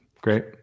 Great